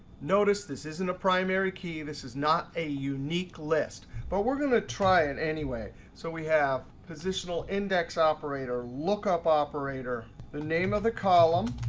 notice this isn't a primary key. this is not a unique list. but we're going to try it and anyway. so we have positional index operator, lookup operator, the name of the column.